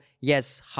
yes